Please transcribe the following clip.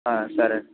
సరే అండి